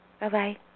Bye-bye